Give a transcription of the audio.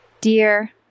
Dear